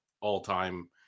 all-time